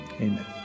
amen